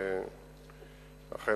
אכן,